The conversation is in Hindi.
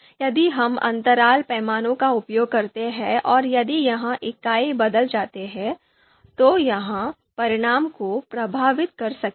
यदि हम अंतराल पैमाने का उपयोग करते हैं और यदि यह इकाई बदल जाती है तो यह परिणाम को प्रभावित कर सकता है